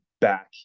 Back